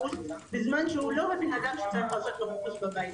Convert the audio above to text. בזמן שהוא הבן-אדם שצריך לעשות לו חיפוש בבית.